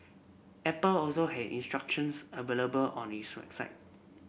Apple also has instructions available on its website